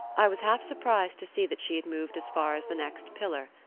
i was half surprised to see that she had moved as far as the next pillar,